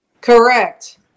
Correct